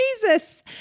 Jesus